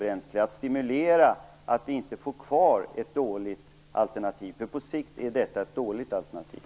Man måste arbeta för att vi inte får kvar ett dåligt alternativ. På sikt är detta ett dåligt alternativ.